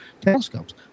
telescopes